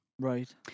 right